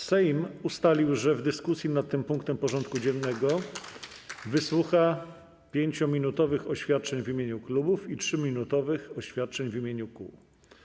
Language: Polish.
Sejm ustalił, że w dyskusji nad tym punktem porządku dziennego wysłucha 5-minutowych oświadczeń w imieniu klubów i 3-minutowych oświadczeń w imieniu kół.